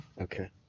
Okay